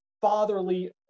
fatherly